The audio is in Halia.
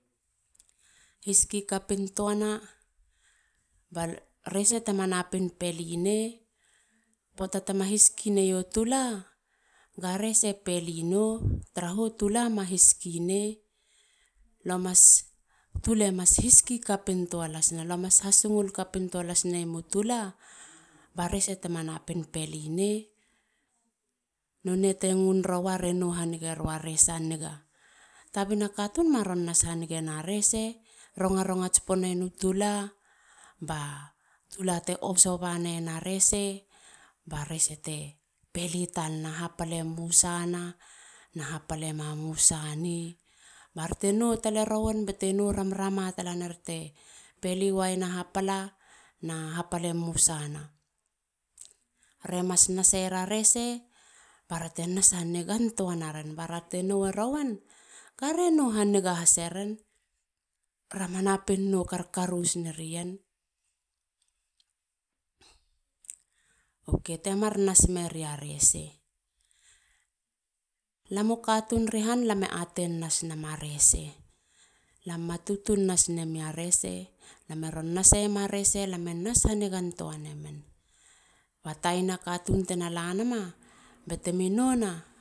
Hiski kapintuana ba rese tema napin ppeline. poata tema hiski neyo tula. ga rese pelino. taraha tula ma hiski nei. lo mas. tule mas hiski kapin tua lasina. lue mas hasungul kapintua las neiemu tula ba rese tema napin pelinei. nonei te ngu neroa re noe ro a rese a niga. Tabina katun. maron nas hanigena reese. rongarongats poneieru tula ba tula te oso baneiena rese. ba rese te peli talana. haapale musana na hapale ma musa nei. barte nou tale rowen. bete nou ramrama talaner te peli wayena hapala na hapale musana. Re mas naseiera rese. barate nas hanigantoa naren. barate noweroen. ga re nou haniga haseren. rama napin nou karkaros narien. Ok. temar nas me ri a rese. lamu katun ri han lam e atein nas nema rese. lam ma tutun nas nami a rese. lam e ron naseiema rese. lam e ron nas hanigantua nemen. ba tayinu kkatun tena lanama betemi nouna.